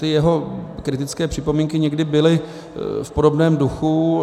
Jeho kritické připomínky někdy byly v podobném duchu.